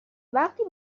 وقتی